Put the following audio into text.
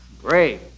Great